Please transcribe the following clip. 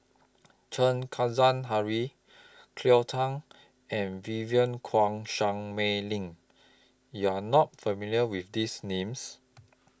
Chen Kezhan Henri Cleo Thang and Vivien Quahe Seah Mei Lin YOU Are not familiar with These Names